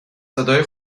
صدای